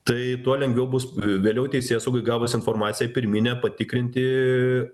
tai tuo lengviau bus vėliau teisėsaugai gavus informaciją pirminę patikrinti